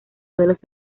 suelos